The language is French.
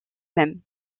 même